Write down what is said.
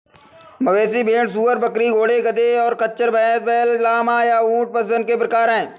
मवेशी, भेड़, सूअर, बकरी, घोड़े, गधे, और खच्चर, भैंस, बैल, लामा, या ऊंट पशुधन के प्रकार हैं